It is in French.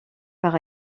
par